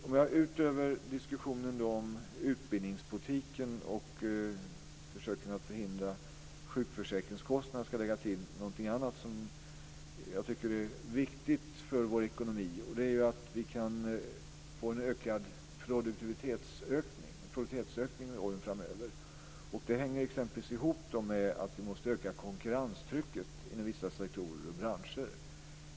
Om jag utöver diskussionen om utbildningspolitiken och försöken att förhindra sjukförsäkringskostnaderna att öka ska lägga till någonting annat som jag tycker är viktigt för vår ekonomi är det att vi kan få en produktivitetsökning åren framöver. Det hänger exempelvis ihop med att vi måste öka konkurrenstrycket inom vissa sektorer och branscher.